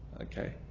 Okay